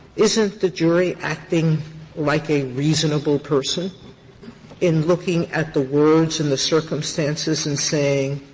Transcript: isn't the jury acting like a reasonable person in looking at the words and the circumstances and saying,